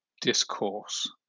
discourse